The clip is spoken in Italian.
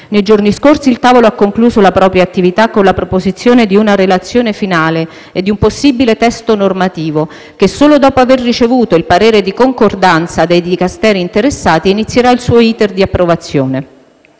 Nei giorni scorsi il tavolo ha concluso la propria attività con la proposizione di una relazione finale e di un possibile testo normativo, che solo dopo aver ricevuto il parere di concordanza dei Dicasteri interessati inizierà il suo *iter* di approvazione.